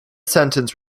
sentence